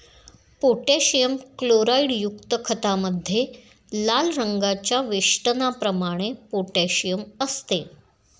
potassium क्लोराईडयुक्त खतामध्ये लाल रंगाच्या वेष्टनाप्रमाणे पोटॅशियम असते